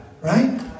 right